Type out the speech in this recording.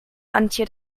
antje